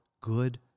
Good